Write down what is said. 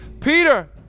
Peter